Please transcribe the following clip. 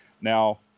Now